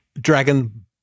Dragon